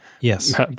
Yes